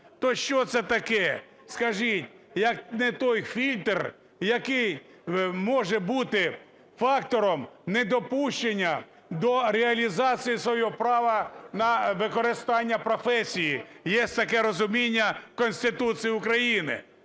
То що це таке? Скажіть, як не той фільтр, який може бути фактором недопущення до реалізації свого права на використання професії, є таке розуміння в Конституції України.